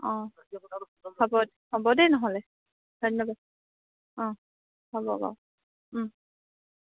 অ' হ'ব হ'ব দেই নহ'লে ধন্যবাদ অ' হ'ব বাৰু